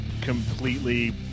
completely